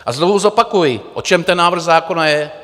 A znovu zopakuji, o čem ten návrh zákona je.